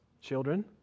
Children